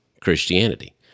Christianity